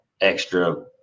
extra –